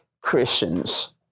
Christians